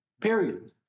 period